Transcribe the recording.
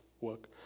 work